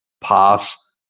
pass